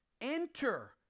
enter